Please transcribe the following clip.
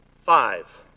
five